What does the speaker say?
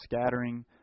scattering